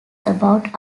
about